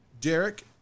Derek